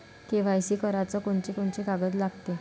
KYC कराच कोनचे कोनचे कागद लागते?